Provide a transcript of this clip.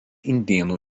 indėnų